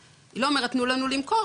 היא לא אומרת תנו לנו למכור,